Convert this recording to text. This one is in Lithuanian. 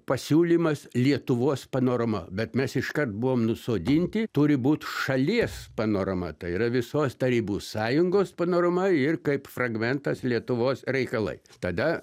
pasiūlymas lietuvos panorama bet mes iškart buvom nusodinti turi būt šalies panorama tai yra visos tarybų sąjungos panorama ir kaip fragmentas lietuvos reikalai tada